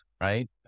right